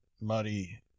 muddy